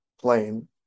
plane